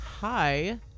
hi